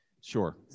Sure